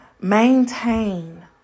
Maintain